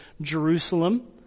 Jerusalem